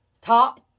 top